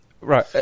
Right